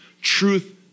truth